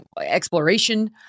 exploration